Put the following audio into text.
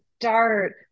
start